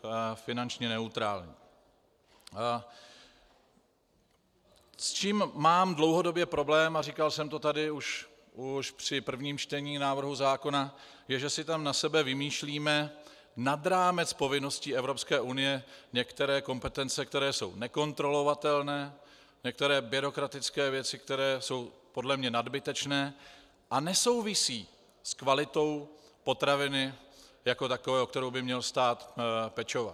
S čím mám dlouhodobě problém a říkal jsem to tady už při prvním čtení návrhu zákona, je, že si tam na sebe vymýšlíme nad rámec povinností Evropské unie některé kompetence, které jsou nekontrolovatelné, některé byrokratické věci, které jsou podle mě nadbytečné a nesouvisí s kvalitou potraviny jako takové, o kterou by měl stát pečovat.